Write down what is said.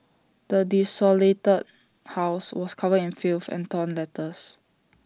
the desolated house was covered in filth and torn letters